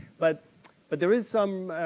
but but, there is some,